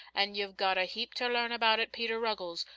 an' you've got a heap ter learn about it, peter ruggles.